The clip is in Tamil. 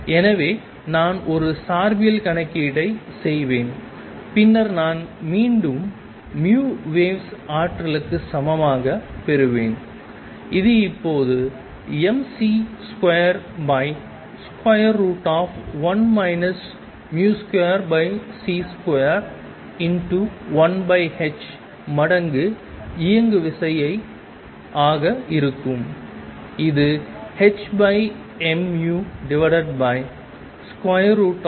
எனவே நான் ஒரு சார்பியல் கணக்கீட்டைச் செய்வேன் பின்னர் நான் மீண்டும் vwaves ஆற்றலுக்கு சமமாக பெறுவேன் இது இப்போது mc21 v2c21h மடங்கு இயங்குவிசை ஆக இருக்கும் இது hmv1 v2c2